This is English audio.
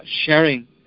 sharing